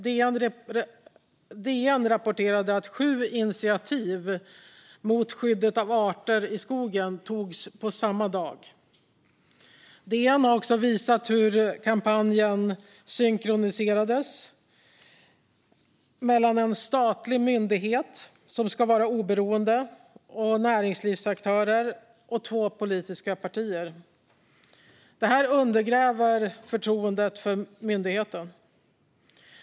DN rapporterade att sju initiativ mot skyddet av arter i skogen togs på samma dag. DN har också visat hur kampanjen synkroniserades mellan en statlig myndighet, som ska vara oberoende, näringslivsaktörer och två politiska partier. Detta undergräver förtroendet för myndigheten.